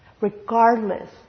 regardless